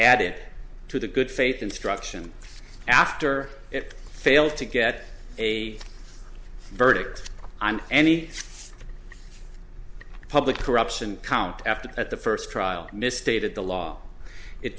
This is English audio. added to the good faith instruction after it failed to get a verdict i'm any public corruption count after at the first trial misstated the law it